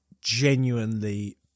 genuinely